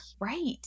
Right